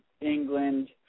England